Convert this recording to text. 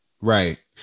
Right